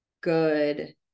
good